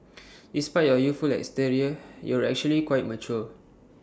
despite your youthful exterior you're actually quite mature